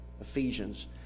Ephesians